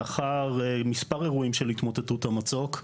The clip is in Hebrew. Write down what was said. לאחר מספר אירועים של התמוטטות המצוק,